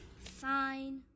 Fine